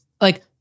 like-